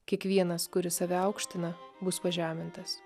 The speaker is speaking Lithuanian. kiekvienas kuris save aukština bus pažemintas